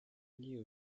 knew